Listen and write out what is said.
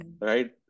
right